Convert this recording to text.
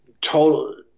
total